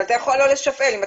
אבל אתה יכול לא לשפעל אותו.